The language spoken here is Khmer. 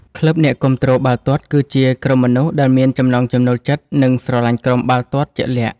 ក្លឹបអ្នកគាំទ្របាល់ទាត់ គឺជាក្រុមមនុស្សដែលមានចំណង់ចំណូលចិត្ត និងស្រលាញ់ក្រុមបាល់ទាត់ជាក់លាក់។